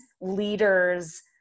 leaders